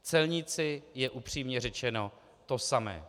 Celníci jsou upřímně řečeno to samé.